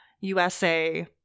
USA